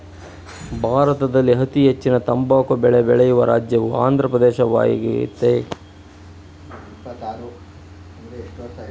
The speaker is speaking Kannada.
ಭಾರತದಲ್ಲಿ ಅತೀ ಹೆಚ್ಚಿನ ತಂಬಾಕು ಬೆಳೆ ಬೆಳೆಯುವ ರಾಜ್ಯವು ಆಂದ್ರ ಪ್ರದೇಶವಾಗಯ್ತೆ